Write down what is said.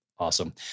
Awesome